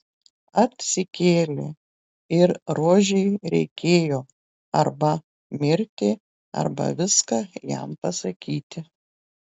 atsikėlė ir rožei reikėjo arba mirti arba viską jam pasakyti